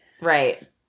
Right